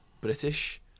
British